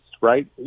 right